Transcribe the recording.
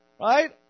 right